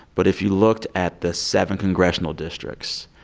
but if you looked at the seven congressional districts,